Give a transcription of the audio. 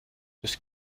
das